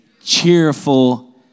cheerful